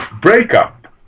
breakup